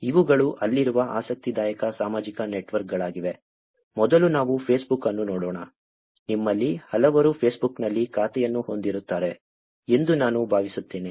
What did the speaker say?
ಇವುಗಳು ಅಲ್ಲಿರುವ ಆಸಕ್ತಿದಾಯಕ ಸಾಮಾಜಿಕ ನೆಟ್ವರ್ಕ್ಗಳಾಗಿವೆ ಮೊದಲು ನಾವು ಫೇಸ್ಬುಕ್ ಅನ್ನು ನೋಡೋಣ ನಿಮ್ಮಲ್ಲಿ ಹಲವರು ಫೇಸ್ಬುಕ್ನಲ್ಲಿ ಖಾತೆಯನ್ನು ಹೊಂದಿರುತ್ತಾರೆ ಎಂದು ನಾನು ಭಾವಿಸುತ್ತೇನೆ